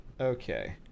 Okay